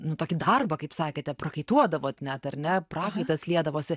nu tokį darbą kaip sakėte prakaituodavot net ar ne prakaitas liedavosi